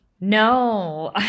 no